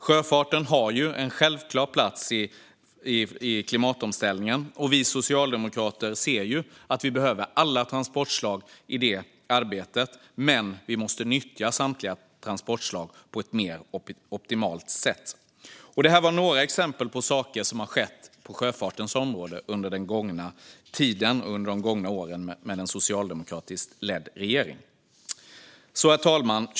Sjöfarten har en självklar plats i klimatomställningen, och vi socialdemokrater ser att vi behöver alla transportslag i det arbetet men att vi måste nyttja samtliga transportslag på ett mer optimalt sätt. Detta var några exempel på saker som har skett på sjöfartens område under de gångna åren med en socialdemokratiskt ledd regering. Herr talman!